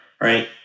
right